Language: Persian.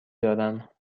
دارم